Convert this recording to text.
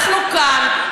אנחנו כאן.